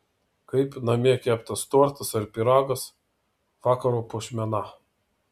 kaip namie keptas tortas ar pyragas vakaro puošmena